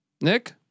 Nick